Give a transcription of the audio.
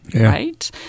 right